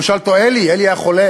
הוא שאל אותו: אלי, אלי היה חולה,